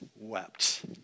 wept